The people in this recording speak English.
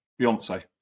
Beyonce